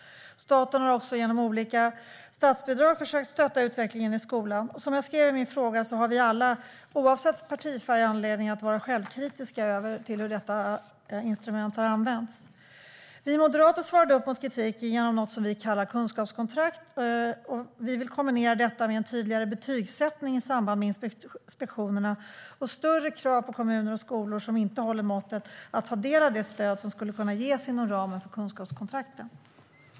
Staten har också genom olika statsbidrag försökt stötta utvecklingen i skolan. Som jag skrev i min fråga har vi alla, oavsett partifärg, anledning att vara självkritiska över hur detta instrument har använts. Vi moderater svarade på kritiken med hjälp av vad vi kallar kunskapskontrakt. Vi vill kombinera dem med en tydligare betygssättning i samband med inspektionerna och större krav på kommuner och skolor som inte håller måttet att ta del av det stöd som kan ges inom ramen för kunskapskontrakten.